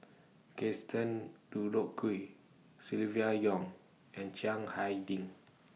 Gaston Dutronquoy Silvia Yong and Chiang Hai Ding